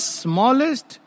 smallest